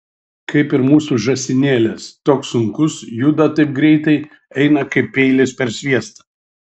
kaip ir mūsų žąsinėlis toks sunkus juda taip greitai eina kaip peilis per sviestą